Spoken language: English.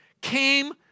came